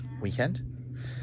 weekend